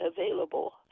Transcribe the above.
available